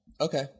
Okay